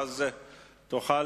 ואז תוכל